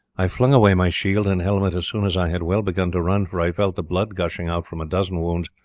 i flung away my shield and helmet as soon as i had well begun to run, for i felt the blood gushing out from a dozen wounds,